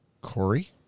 Corey